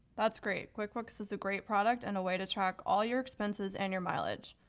that's great, quickbooks is a great product and a way to track all your expenses and your mileage.